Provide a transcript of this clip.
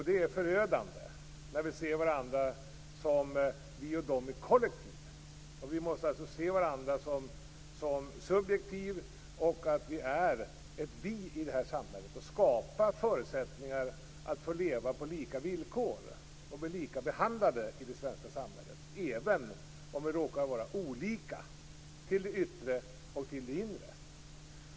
Det är förödande att se varandra som vi och de i kollektiv. Vi måste alltså se varandra som subjekt och som ett vi i samhället. Vi måste skapa förutsättningar för alla att kunna leva på lika villkor och bli lika behandlade i det svenska samhället även om vi råkar vara olika till det yttre och det inre.